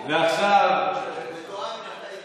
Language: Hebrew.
זה מתואם עם נפתלי בנט.